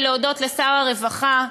להודות לשר הרווחה,